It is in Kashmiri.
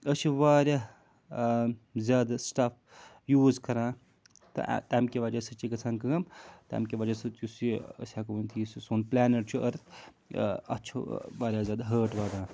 أسۍ چھِ واریاہ زیادٕ سٹَف یوٗز کَران تہٕ تَمہِ کہِ وجہ سۭتۍ چھِ گژھان کٲم تَمہِ کہِ وجہ سۭتۍ یُس یہِ أسۍ ہٮ۪کو ؤنِتھ یُس یہِ سون پٕلینٹ چھُ أرٕتھ اَتھ چھُ واریاہ زیادٕ ہٲٹ واتان